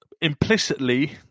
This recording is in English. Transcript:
implicitly